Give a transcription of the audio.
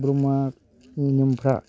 ब्रह्मनि नियमफ्रा